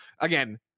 again